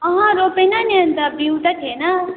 अहँ रोपेन नि अन्त बिउ त थिएन